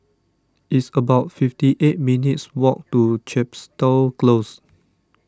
it's about fifty eight minutes' walk to Chepstow Close